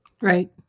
Right